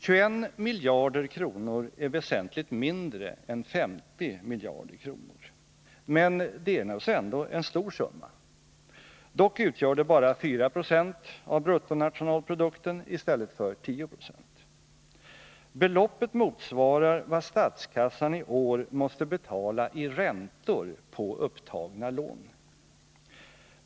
21 miljarder kronor är väsentligt mindre än 50 miljarder kronor. Men det är naturligtvis ändå en stor summa. Dock utgör det bara 490 av bruttonationalprodukten i stället för 10 26. Beloppet motsvarar vad statskassan i år måste betala i räntor på upptagna lån.